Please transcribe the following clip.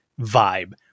vibe